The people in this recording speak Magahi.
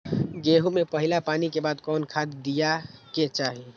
गेंहू में पहिला पानी के बाद कौन खाद दिया के चाही?